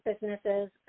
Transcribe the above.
businesses